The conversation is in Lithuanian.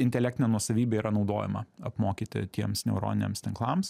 intelektinė nuosavybė yra naudojama apmokyti tiems neuroniniams tinklams